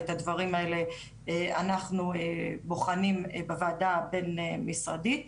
ואת הדברים האלה אנחנו בוחנים בוועדה הבין משרדית.